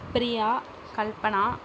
Priya Kalpana